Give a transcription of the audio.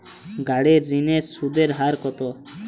গাড়ির ঋণের সুদের হার কতো?